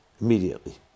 immediately